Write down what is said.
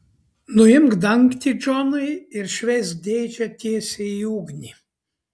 nuimk dangtį džonai ir šveisk dėžę tiesiai į ugnį